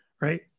right